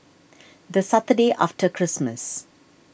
the Saturday after Christmas